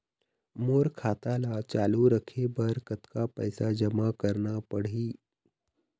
मोर खाता ला चालू रखे बर म कतका पैसा जमा रखना पड़ही?